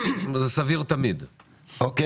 קודם כל